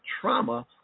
trauma